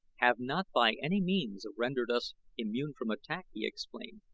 have not by any means rendered us immune from attack, he explained,